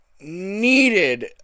needed